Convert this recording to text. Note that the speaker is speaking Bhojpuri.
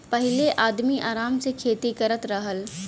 पहिले आदमी आराम से खेती करत रहल